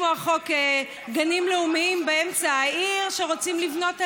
כמו חוק גנים לאומיים באמצע העיר שרוצים לבנות עליהם,